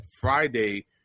Friday –